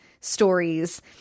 stories